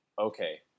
okay